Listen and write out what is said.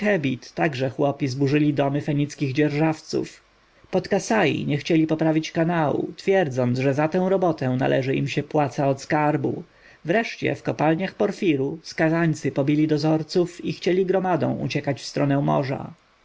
także chłopi zburzyli domy fenickich dzierżawców pod kasa nie chcieli poprawiać kanału twierdząc że za tę robotę należy im się płaca od skarbu wreszcie w kopalniach porfiru skazańcy pobili dozorców i chcieli gromadą uciekać w stronę morza